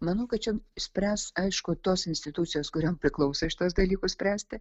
manau kad čia spręs aišku tos institucijos kuriom priklauso šitus dalykus spręsti